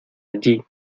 allí